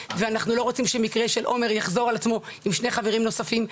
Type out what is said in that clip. ואנחנו לא רוצים שהמקרה של עומר יחזור על עצמו עם שני חברים נוספים.